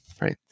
right